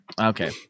okay